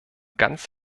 ganz